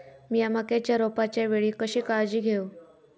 मीया मक्याच्या रोपाच्या वेळी कशी काळजी घेव?